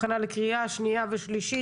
הכנה לקריאה שנייה ושלישית.